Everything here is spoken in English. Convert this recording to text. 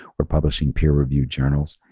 we're publishing peer review journals.